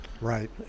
Right